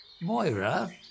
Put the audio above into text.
Moira